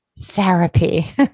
therapy